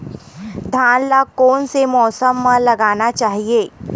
धान ल कोन से मौसम म लगाना चहिए?